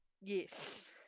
Yes